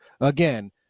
again